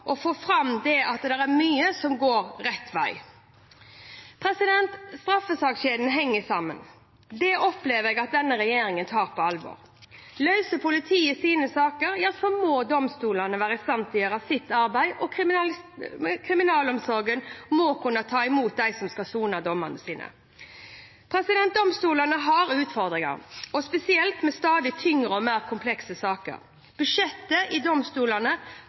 og få fram – at det er mye som går rett vei. Straffesakskjeden henger sammen. Det opplever jeg at denne regjeringen tar på alvor. Løser politiet sine saker, må domstolene være i stand til å gjøre sitt arbeid, og kriminalomsorgen må kunne ta imot dem som skal sone dommen sin. Domstolene har utfordringer, spesielt med stadig tyngre og mer komplekse saker. Budsjettet til domstolene blir økt neste år. Vi har satt i